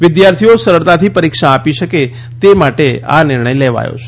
વિદ્યાર્થીઓ સરળતાથી પરીક્ષા આપી શકે તે માટે આ નિર્ણય લેવાયો છે